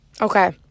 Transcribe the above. Okay